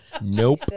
Nope